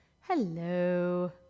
Hello